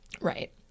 Right